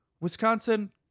Wisconsin